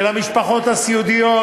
של המשפחות הסיעודיות,